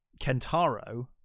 kentaro